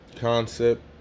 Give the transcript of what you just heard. concept